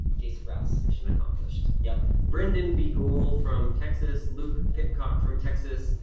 jason brouse. mission accomplished. yup. brendan beagle from texas, luke pitcock from texas,